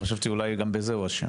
חשבתי שאולי גם בזה הוא אשם.